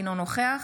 אינו נוכח